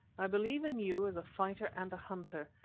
i believe in you as a fighter and a hunter,